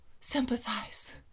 sympathize